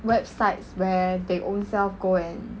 websites where they own self go and